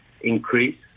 increase